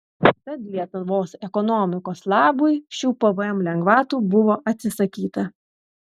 tad lietuvos ekonomikos labui šių pvm lengvatų buvo atsisakyta